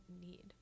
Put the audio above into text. need